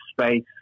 space